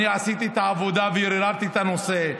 עשיתי את העבודה וביררתי את הנושא.